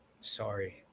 Sorry